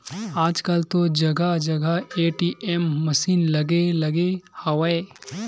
आजकल तो जगा जगा ए.टी.एम मसीन लगे लगे हवय